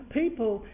people